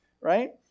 right